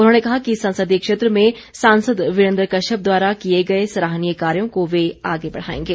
उन्होंने कहा कि संसदीय क्षेत्र में सांसद वीरेन्द्र कश्यप द्वारा किए गए सराहनीय कार्यों को वे आगे बढ़ाएंगे